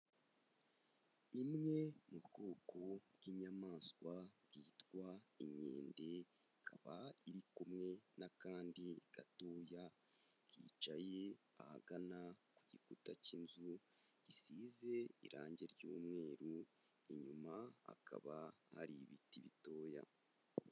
Imwe mu bwoko bw'inyamaswa bwitwa inyende, ikaba iri kumwe n'akandi gatoya kicaye ahagana ku gikuta cy'inzu gisize irangi ry'umweru, inyuma hakaba hari ibiti bitoya.